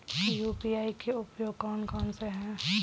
UPI के उपयोग कौन कौन से हैं?